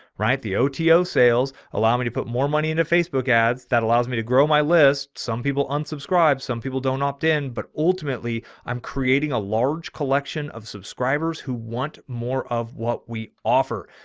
right? the oto sales allow me to put more money into facebook ads that allows me to grow my list. some people unsubscribed, some people don't opt in, but ultimately i'm creating a large collection of subscribers who want more of what we offer.